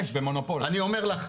אני אומר לך,